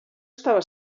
estava